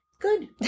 Good